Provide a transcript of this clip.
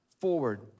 forward